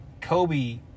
Kobe